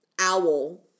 owl